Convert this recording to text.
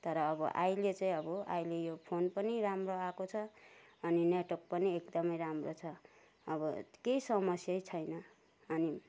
तर अब अहिले चाहिँ अब अहिले यो फोन पनि राम्रो आएको छ अनि नेटवर्क पनि एकदमै राम्रो छ अब केही समस्यै छैन अनि